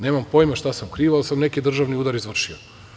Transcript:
Nemam pojma šta sam kriv, ali sam neki državni udar izvrši.